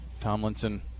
Tomlinson